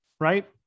right